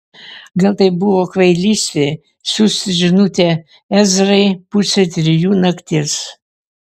gal tai buvo kvailystė siųsti žinutę ezrai pusę trijų nakties